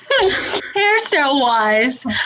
hairstyle-wise